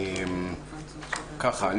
ככה.